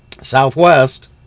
Southwest